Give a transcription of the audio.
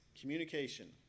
communication